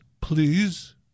Please